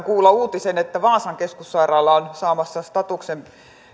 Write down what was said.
kuulla uutisen että vaasan keskussairaala on saamassa statuksen